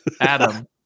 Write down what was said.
Adam